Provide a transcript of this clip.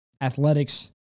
athletics